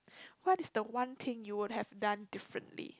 what is the one thing you would have done differently